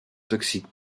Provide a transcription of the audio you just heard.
toxiques